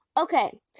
Okay